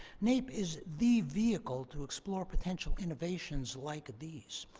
naep is the vehicle to explore potential innovations like these.